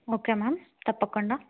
okay ma'am తప్పకుండా